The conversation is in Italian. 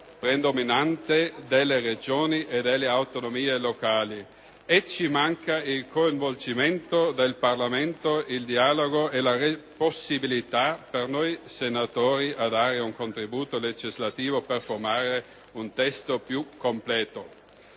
predominante delle Regioni e delle autonomie locali. Ci manca anche il coinvolgimento del Parlamento, nonché il dialogo e la possibilità per noi senatori di dare un contributo legislativo per formare un testo più completo.